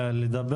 מדבר